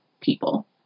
people